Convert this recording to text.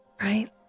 Right